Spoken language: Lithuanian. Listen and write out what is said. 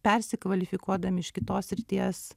persikvalifikuodami iš kitos srities